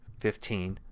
fifteen,